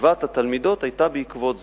עזיבת התלמידות היתה בעקבות זאת,